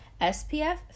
spf